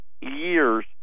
years